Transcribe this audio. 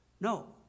No